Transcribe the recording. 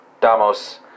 Damos